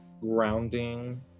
grounding